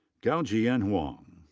gaojian huang.